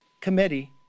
committee